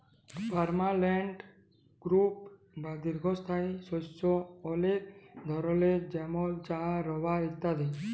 permanent crop বা দীঘ্ঘস্থায়ী শস্য অলেক ধরলের যেমল চাঁ, রাবার ইত্যাদি